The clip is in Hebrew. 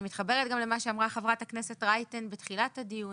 אני מתחברת גם למה שאמרה חברת הכנסת רייטן בתחילת הדיון,